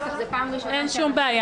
אז זה כהוראת